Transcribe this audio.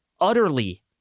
utterly